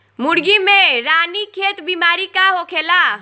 मुर्गी में रानीखेत बिमारी का होखेला?